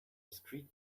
discrete